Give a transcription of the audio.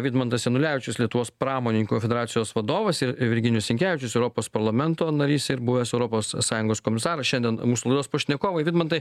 vidmantas janulevičius lietuvos pramoninkų konfederacijos vadovas virginijus sinkevičius europos parlamento narys ir buvęs europos sąjungos komisaras šiandien mūsų laidos pašnekovai vidmantai